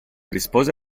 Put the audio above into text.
rispose